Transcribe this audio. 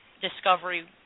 discovery